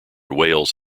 wales